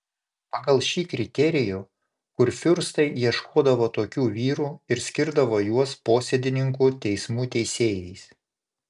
pagal šį kriterijų kurfiurstai ieškodavo tokių vyrų ir skirdavo juos posėdininkų teismų teisėjais